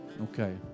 Okay